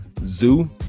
Zoo